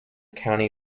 county